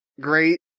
great